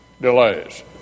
delays